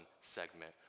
segment